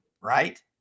right